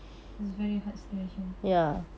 it's very hard situation